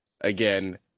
again